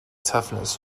toughness